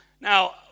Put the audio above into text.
now